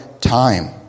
time